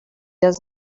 does